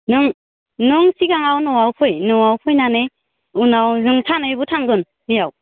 नों नों सिगाङाव न'आव फै न'आव फैनानै उनाव जों सानैबो थांगोन इयाव